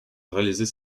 réaliser